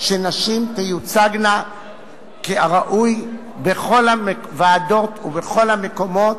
שנשים תיוצגנה כראוי בכל הוועדות ובכל המקומות.